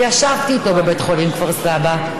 וישבתי איתו בבית חולים בכפר סבא.